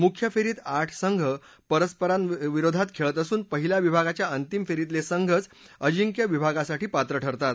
मुख्य फेरीत आठ संघ परस्परांविरोधात खेळत असून पहिल्या विभागाच्या अंतिम फेरीतले संघच अजिंक्य विभागासाठी पात्र ठरतात